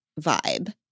vibe